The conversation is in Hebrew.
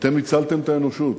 ואתם הצלתם את האנושות.